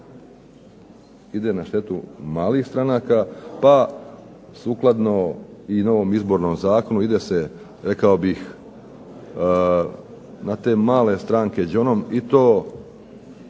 ide na štetu malih stranaka, pa sukladno i novom Izbornom zakonu ide se rekao bi se na te male stranke đonom i to